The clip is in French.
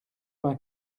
vingt